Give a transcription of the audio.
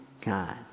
God